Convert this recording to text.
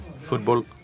football